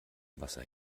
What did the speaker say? wasser